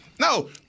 No